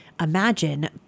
imagine